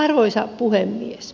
arvoisa puhemies